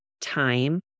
time